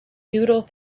doodle